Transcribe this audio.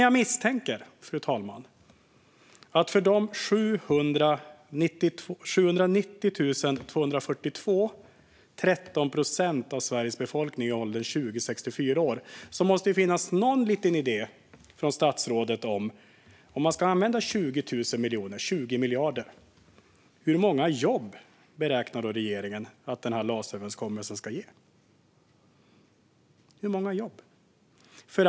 Jag misstänker dock, fru talman, att det för dessa 790 242 personer - 13 procent av Sveriges befolkning i åldern 20-64 år - måste finnas någon liten idé hos statsrådet och regeringen om hur många jobb denna LAS-överenskommelse för 20 miljarder ska ge.